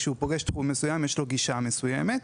כשהוא פוגש תחום מסוים יש לו גישה מסוימת,